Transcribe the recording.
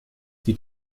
die